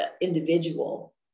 individual